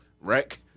wreck